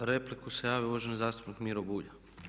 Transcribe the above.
Za repliku se javio uvaženi zastupnik Miro Bulj.